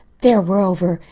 there we're over.